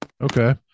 Okay